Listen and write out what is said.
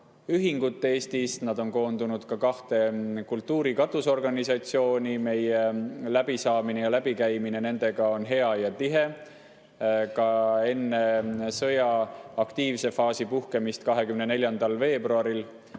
ühingut Eestis, nad on koondunud kahte kultuuri katusorganisatsiooni. Meie läbisaamine ja läbikäimine nendega oli hea ja tihe ka enne sõja aktiivse faasi puhkemist 24. veebruaril.